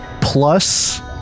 plus